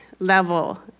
level